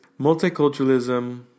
Multiculturalism